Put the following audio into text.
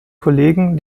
kollegen